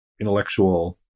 intellectual